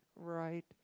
right